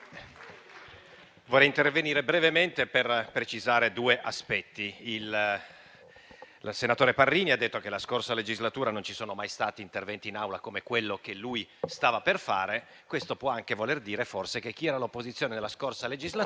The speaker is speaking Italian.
vorrei intervenire brevemente per precisare due aspetti. Il senatore Parrini ha detto che nella scorsa legislatura non vi sono mai stati interventi in Aula come quello che lui stava per fare. Questo può anche voler dire che, forse, chi era all'opposizione nella scorsa legislatura